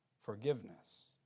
forgiveness